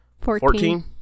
Fourteen